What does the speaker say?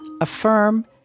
affirm